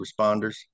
responders